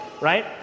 right